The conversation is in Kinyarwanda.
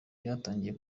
byatangiye